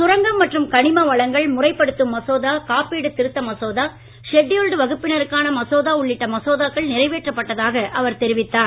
சுரங்கம் மற்றும் கனிம வளங்கள் முறைப்படுத்தும் மசோதா காப்பீடு திருத்த மசோதா ஷெட்யூல்டு வகுப்பினருக்கான மசோதா உள்ளிட்ட மசோதாக்கள் நிறைவேற்றப்பட்டதாக தெரிவித்தார்